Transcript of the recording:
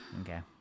Okay